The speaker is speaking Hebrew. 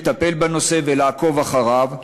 לטפל בנושא ולעקוב אחריו.